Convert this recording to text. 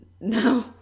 No